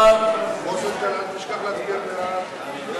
הצעת ועדת הכלכלה בדבר חלוקת הצעת חוק